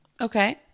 Okay